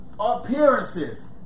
Appearances